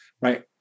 right